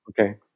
Okay